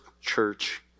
church